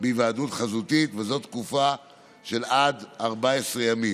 בהיוועדות חזותית, וזאת לתקופה של עד 14 ימים.